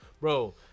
Bro